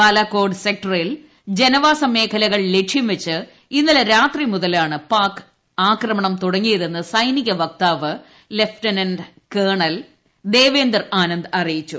ബാലക്കോട് സെക്ടറിൽ ജനവാസ മേഖലകൾ ലക്ഷ്യംവച്ച് ഇന്നലെ രാത്രി മുതലാണ് പാക് ആക്രമണം തുടങ്ങിയതെന്ന് സൈനിക വക്താവ് ലഫ്റ്റനന്റ് കേണൽ ദേവേന്ദർ ആനന്ദ് അറിയിച്ചു